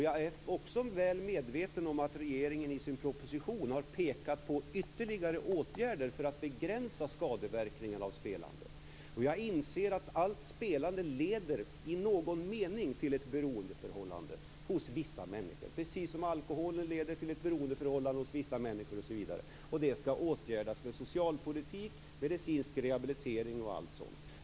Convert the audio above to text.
Jag är också väl medveten om att regeringen i sin proposition har pekat på ytterligare åtgärder för att begränsa skadeverkningarna av spelande. Jag inser att allt spelande i någon mening leder till ett beroendeförhållande hos vissa människor, precis som alkoholen leder till ett beroendeförhållande hos vissa människor osv. Det skall åtgärdas med socialpolitik, medicinsk rehabilitering och dylikt.